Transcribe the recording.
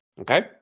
okay